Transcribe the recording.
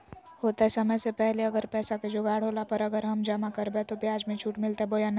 होतय समय से पहले अगर पैसा के जोगाड़ होला पर, अगर हम जमा करबय तो, ब्याज मे छुट मिलते बोया नय?